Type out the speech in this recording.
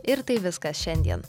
ir tai viskas šiandien